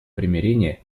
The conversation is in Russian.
примирение